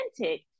authentic